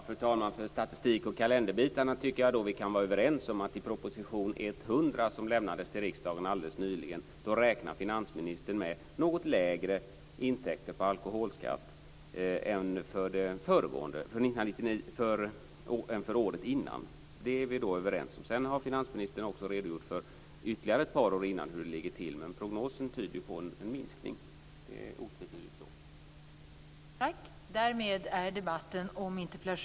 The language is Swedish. Fru talman! För statistik och kalenderbitarna tycker jag att vi kan vara överens om att i proposition 100 som lämnades till riksdagen alldeles nyligen räknade finansministern med något lägre intäkter på alkoholskatt än för året innan. Det är vi överens om. Sedan har finansministern också redogjort för hur det ligger till ytterligare ett par år tidigare. Men prognosen tyder på en minskning. Det är otvetydigt så.